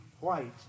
white